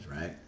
right